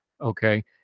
okay